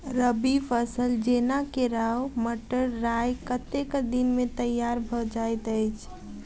रबी फसल जेना केराव, मटर, राय कतेक दिन मे तैयार भँ जाइत अछि?